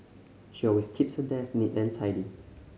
she always keeps her desk neat and tidy